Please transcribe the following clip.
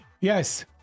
Yes